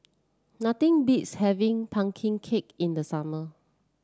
nothing beats having pumpkin cake in the summer